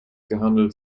gehandelt